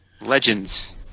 legends